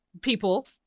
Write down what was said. people